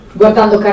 guardando